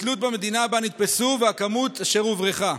בתלות במדינה שבה נתפסו והכמות אשר הוברחה.